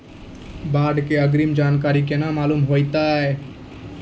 बाढ़ के अग्रिम जानकारी केना मालूम होइतै?